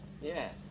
Yes